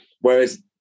whereas